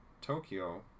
Tokyo